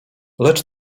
lecz